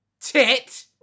TIT